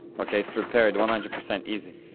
okay, it's repaired one hundred percent easy